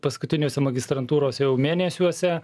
paskutiniuose magistrantūros jau mėnesiuose